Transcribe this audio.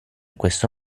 questo